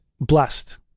blessed